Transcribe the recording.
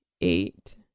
eight